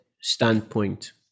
standpoint